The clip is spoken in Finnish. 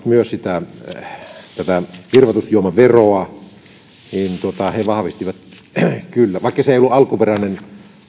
myös tätä virvoitusjuomaveroa niin he vahvistivat sen kyllä vaikka se ei ollutkaan alkuperäinen